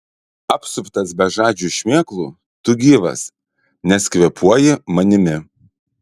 apsuptas bežadžių šmėklų tu gyvas nes kvėpuoji manimi